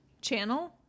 channel